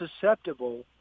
susceptible